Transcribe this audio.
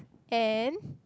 and